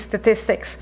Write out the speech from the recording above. statistics